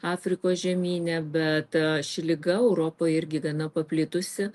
afrikos žemyne bet ši liga europoj irgi gana paplitusi